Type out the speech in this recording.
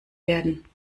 werden